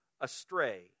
astray